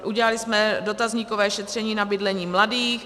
Udělali jsme dotazníkové šetření na bydlení mladých.